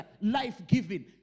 life-giving